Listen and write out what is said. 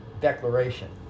declaration